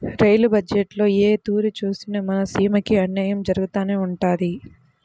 rail బజ్జెట్టులో ఏ తూరి సూసినా మన సీమకి అన్నాయం జరగతానే ఉండాది